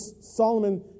Solomon